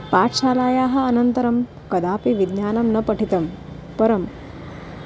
पाठशालायाः अनन्तरं कदापि विज्ञानं न पठितं परं